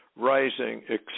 rising